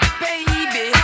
baby